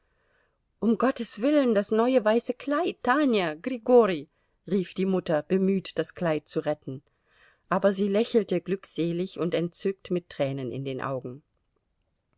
um gottes willen das neue weiße kleid tanja grigori rief die mutter bemüht das kleid zu retten aber sie lächelte glückselig und entzückt mit tränen in den augen